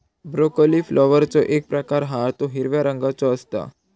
broccoli फ्लॉवरचो एक प्रकार हा तो हिरव्या रंगाचो असता